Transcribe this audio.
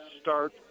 start